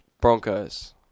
Broncos